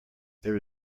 there